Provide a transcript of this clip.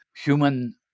human